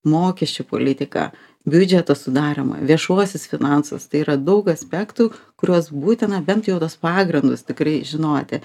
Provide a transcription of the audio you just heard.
mokesčių politiką biudžeto sudarymą viešuosius finansus tai yra daug aspektų kuriuos būtina bent jau tuos pagrindus tikrai žinoti